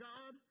God